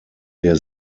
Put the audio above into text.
der